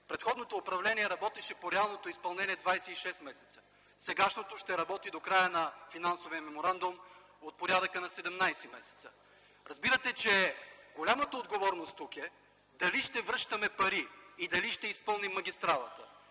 предходното управление работеше по реалното изпълнение 26 месеца. Сегашното ще работи до края на финансовия меморандум – от порядъка на 17 месеца. Разбирате, че голямата отговорност тук е дали ли ще връщаме пари и дали ще изпълним магистралата.